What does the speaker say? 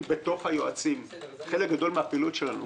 חלק גדול מן הפעילות שלנו,